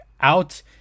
out